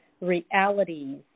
realities